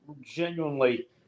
genuinely